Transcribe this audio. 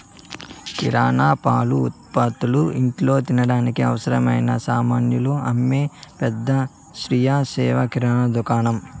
కిరణా, పాల ఉత్పతులు, ఇంట్లో తినడానికి అవసరమైన సామానులు అమ్మే పెద్ద స్వీయ సేవ కిరణా దుకాణం